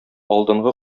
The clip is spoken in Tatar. алдынгы